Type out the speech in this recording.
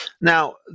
Now